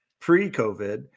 pre-COVID